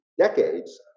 decades